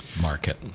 market